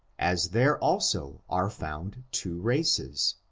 as there also are found two races.